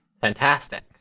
Fantastic